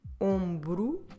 ombro